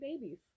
babies